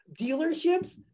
dealerships